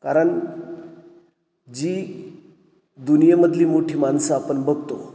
कारण जी दुनियेमधली मोठी माणसं आपण बघतो